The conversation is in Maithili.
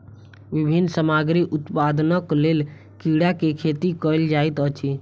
विभिन्न सामग्री उत्पादनक लेल कीड़ा के खेती कयल जाइत अछि